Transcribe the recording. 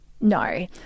No